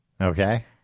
Okay